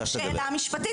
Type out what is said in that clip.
זו שאלה משפטית,